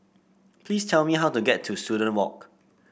please tell me how to get to Student Walk